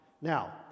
Now